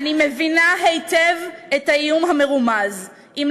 אני מבינה היטב את האיום המרומז: אם